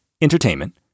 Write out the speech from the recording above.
entertainment